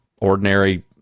ordinary